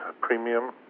premium